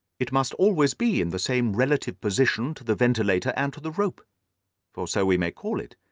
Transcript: it must always be in the same relative position to the ventilator and to the rope or so we may call it,